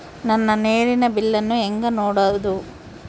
ನನ್ನ ನೇರಿನ ಬಿಲ್ಲನ್ನು ಹೆಂಗ ನೋಡದು?